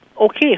Okay